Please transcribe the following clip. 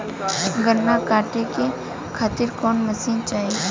गन्ना कांटेके खातीर कवन मशीन चाही?